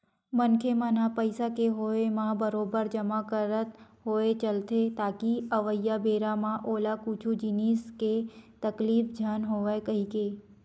मनखे मन ह पइसा के होय म बरोबर जमा करत होय चलथे ताकि अवइया बेरा म ओला कुछु जिनिस के तकलीफ झन होवय कहिके